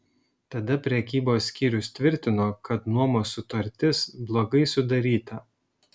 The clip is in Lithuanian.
tada prekybos skyrius tvirtino kad nuomos sutartis blogai sudaryta